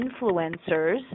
influencers